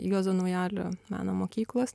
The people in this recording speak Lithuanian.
juozo naujalio meno mokyklos